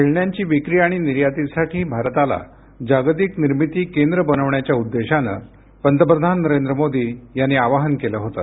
खेळण्यांची विक्री आणि निर्यातीसाठी भारताला जागतिक निर्मिती केंद्र बनवण्याच्या उद्देशाने पंतप्रधान नरेंद्र मोदी यांनी आवाहन केलं होतं